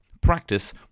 practice